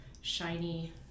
shiny